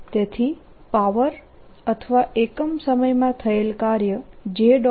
તેથી પાવર અથવા એકમ સમયમાં થયેલ કાર્ય J